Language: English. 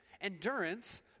endurance